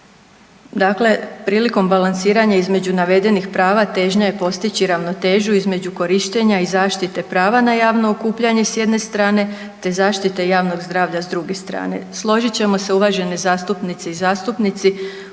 Dakle, prilikom balansiranja između navedenih prava težnja je postići ravnotežu između korištenja i zaštite prava na javno okupljanje sa jedne strane, te zaštita javnog zdravlja sa druge strane. Složit ćemo se uvažene zastupnice i zastupnici